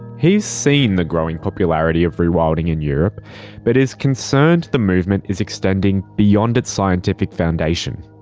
he's seen the growing popularity of rewilding in europe but is concerned the movement is extending beyond its scientific foundation.